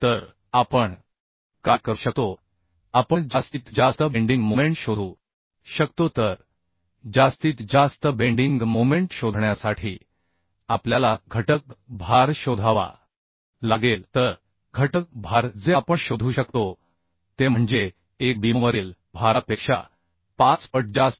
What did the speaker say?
तर आपण काय करू शकतो आपण जास्तीत जास्त बेंडिंग मोमेंट शोधू शकतो तर जास्तीत जास्त बेंडिंग मोमेंट शोधण्यासाठी आपल्याला घटक भार शोधावा लागेल तर घटक भार जे आपण शोधू शकतो ते म्हणजे 1 बीमवरील भारापेक्षा 5 पट जास्त